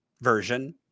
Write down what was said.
version